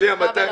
בלי ה-200,000,